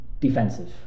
defensive